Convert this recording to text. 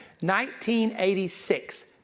1986